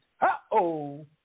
Uh-oh